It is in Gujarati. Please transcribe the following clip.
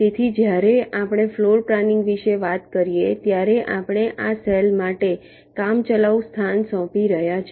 તેથી જ્યારે આપણે ફ્લોર પ્લાનિંગ વિશે વાત કરીએ ત્યારે આપણે આ સેલ માટે કામચલાઉ સ્થાન સોંપી રહ્યાં છે